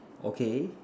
okay